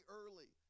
early